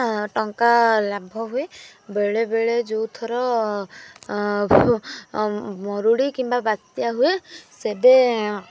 ଟଙ୍କା ଲାଭ ହୁଏ ବେଳେବେଳେ ଯେଉଁଥର ମରୁଡ଼ି କିମ୍ବା ବାତ୍ୟା ହୁଏ ସେବେ